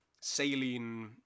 saline